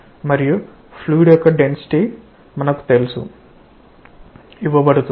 మరియు ఫ్లూయిడ్ యొక్క డెన్సిటీ ఇవ్వబడుతుంది